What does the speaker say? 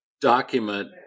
document